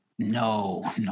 No